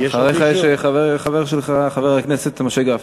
אחריך יש את החבר שלך, חבר הכנסת משה גפני.